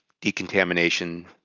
decontamination